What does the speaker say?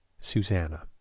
Susanna